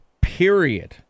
period